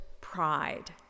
pride